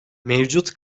mevcut